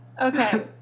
Okay